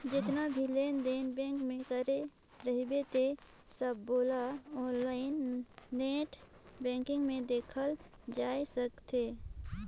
जेतना भी लेन देन बेंक मे करे रहबे ते सबोला आनलाईन नेट बेंकिग मे देखल जाए सकथे